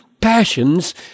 passions